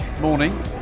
morning